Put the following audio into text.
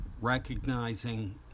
recognizing